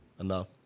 enough